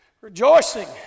Rejoicing